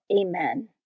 Amen